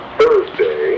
Thursday